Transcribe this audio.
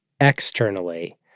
externally